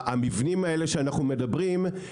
המבנים האלה שאנחנו מדברים עליהם,